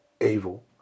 evil